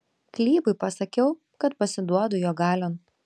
klybui pasakiau kad pasiduodu jo galion